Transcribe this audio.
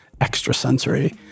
extrasensory